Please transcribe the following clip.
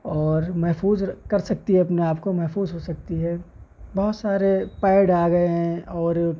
اور محفوظ کر سکتی ہے اپنے آپ کو محفوظ ہو سکتی ہے بہت سارے پیڈ آ گئے ہیں اور